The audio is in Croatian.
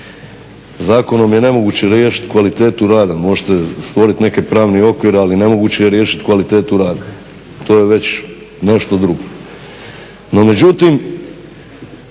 Zakonom je nemoguće riješiti kvalitetu rada. Možete stvoriti neki pravni okvir ali nemoguće je riješiti kvalitetu rada, to je već nešto drugo.